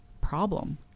problem